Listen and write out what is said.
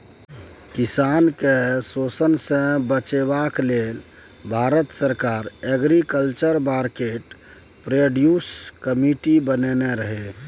किसान केँ शोषणसँ बचेबा लेल भारत सरकार एग्रीकल्चर मार्केट प्रोड्यूस कमिटी बनेने रहय